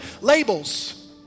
Labels